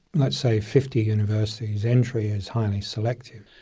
let's say, fifty universities, entry is highly selective.